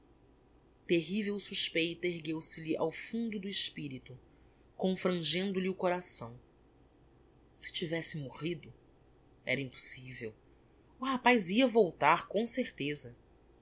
terrivel suspeita ergueu se lhe ao fundo do espirito confrangendo lhe o coração se tivesse morrido era impossivel o rapaz ia voltar com certeza